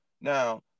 Now